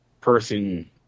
person